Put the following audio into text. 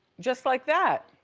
just like that.